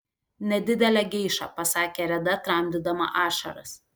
nedidelę geišą pasakė reda tramdydama ašaras